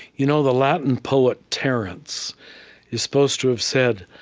you know the latin poet terence is supposed to have said,